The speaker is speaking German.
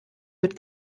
mit